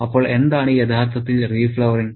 അപ്പോൾ എന്താണ് യഥാർത്ഥത്തിൽ റീഫ്ലവറിങ്